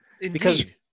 Indeed